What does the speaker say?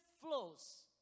flows